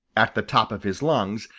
at the top of his lungs,